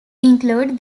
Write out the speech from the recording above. include